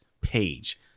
page